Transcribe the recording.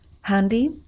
handy